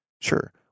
Sure